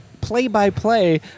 play-by-play